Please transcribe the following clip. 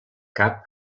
cap